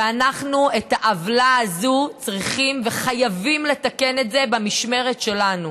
ואנחנו את העוולה הזאת צריכים וחייבים לתקן במשמרת שלנו.